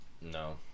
No